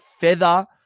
feather